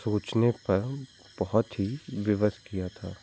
सोचने पर बहुत ही विवश किया था